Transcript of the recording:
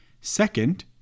Second